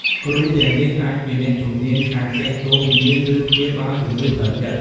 គ្រូទាំងនេះអាចជាអ្នកជំនាញខាងទាក់ទងវិញ្ញាណ ឬព្យាបាលជំងឺផ្លូវចិត្ត។